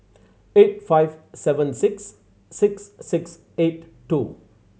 eight five seven six six six eight two